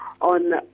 on